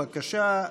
בבקשה,